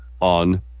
On